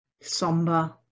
somber